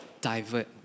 divert